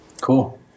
cool